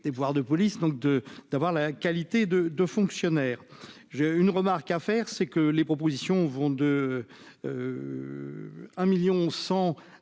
des pouvoirs de police donc de d'avoir la qualité de de fonctionnaires, j'ai une remarque à faire, c'est que les propositions vont de 1 1000000